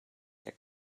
der